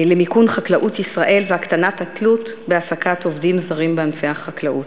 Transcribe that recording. למיכון חקלאות ישראל והקטנת התלות בהעסקת עובדים זרים בענפי החקלאות.